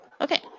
okay